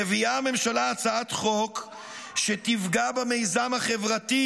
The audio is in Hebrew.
מביאה הממשלה הצעת חוק שתפגע במיזם החברתי,